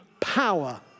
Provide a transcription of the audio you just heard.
power